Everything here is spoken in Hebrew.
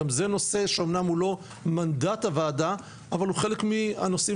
גם זה נושא שאמנם הוא לא מנדט הוועדה אבל הוא חלק מהנושאים